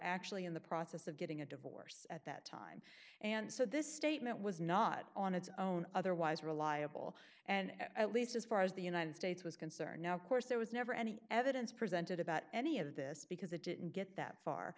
actually in the process of getting a divorce at that time and so this statement was not on its own otherwise reliable and at least as far as the united states was concerned now of course there was never any evidence presented about any of this because it didn't get that far